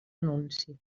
anunci